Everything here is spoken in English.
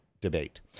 debate